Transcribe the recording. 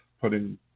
putting